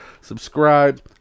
subscribe